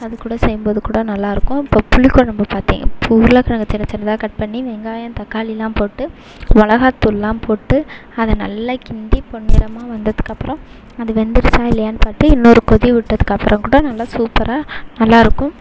அது கூட செய்யும் போது கூட நல்லாயிருக்கும் இப்போ புளி குழம்பு பார்த்திங்க இப்போ உருளைக்கிழங்கு சின்ன சின்னதாக கட் பண்ணி வெங்காயம் தக்காளிலாம் போட்டு மிளகாத்தூள்லாம் போட்டு அதை நல்லா கிண்டி பொன்னிறமாக வந்ததுக்கப்புறம் அது வெந்துருச்சா இல்லையான்னு பார்த்து இன்னோரு கொதி விட்டதுக்கப்பறம் கூட நல்லா சூப்பராக நல்லாயிருக்கும்